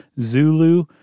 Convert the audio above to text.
Zulu